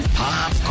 pop